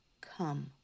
come